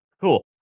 Cool